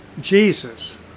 Jesus